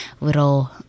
little